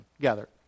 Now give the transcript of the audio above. gather